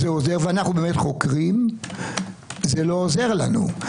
ואנחנו באמת חוקרים - זה לא עוזר לנו.